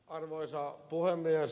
arvoisa puhemies